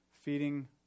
feeding